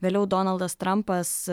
vėliau donaldas trampas